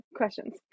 questions